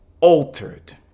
altered